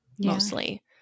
mostly